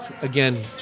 again